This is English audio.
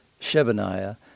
Shebaniah